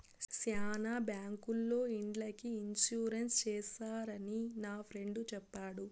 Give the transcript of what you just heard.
శ్యానా బ్యాంకుల్లో ఇండ్లకి ఇన్సూరెన్స్ చేస్తారని నా ఫ్రెండు చెప్పాడు